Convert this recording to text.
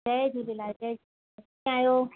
जय झूलेलाल जय झूलेलाल कीअं आहियो